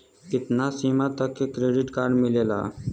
कितना सीमा तक के क्रेडिट कार्ड मिलेला?